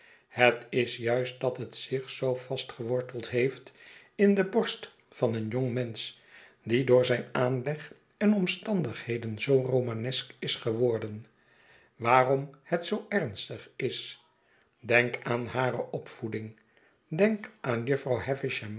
het is juist dat het zich zoo vastgeworteld heeft in de borst van een jongmensch die door zijn aanleg en de omstandigheden zoo romanesk is geworden waarom het zoo ernstig is denk aan hare opvoeding denk aan jufvrouw